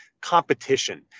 competition